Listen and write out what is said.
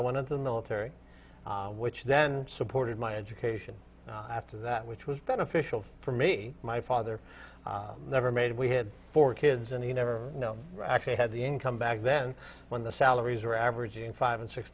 i went to the military which then supported my education after that which was beneficial for me my father never made we had four kids and you never know actually had the income back then when the salaries were averaging five and six